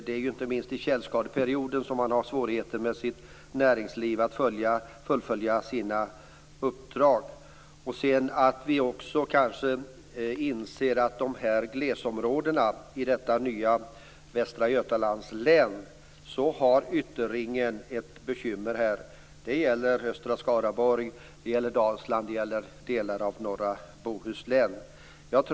Det är inte minst i tjälskadeperioden som man har svårigheter i sitt näringsliv att fullfölja sina uppdrag. Vi skulle kanske också inse att ytterringen i glesområdena i det nya Västra Götalands län har ett bekymmer. Det gäller östra Skaraborg, Dalsland och delar av norra Bohuslän.